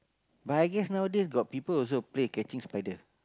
but I guess nowadays got people also play catching spider